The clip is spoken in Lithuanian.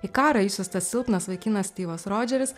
į karą išsiųstas silpnas vaikinas tėvas rodžeris